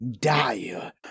Dire